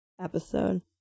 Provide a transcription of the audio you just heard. Episode